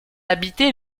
habité